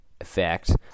effect